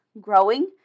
growing